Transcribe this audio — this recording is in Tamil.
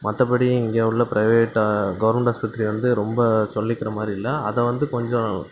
மற்றபடி இங்கே உள்ள ப்ரைவேட் கவுர்மெண்ட் ஹாஸ்பத்திரி வந்து ரொம்ப சொல்லிக்கிறமாரி இல்லை அதை வந்து கொஞ்சம்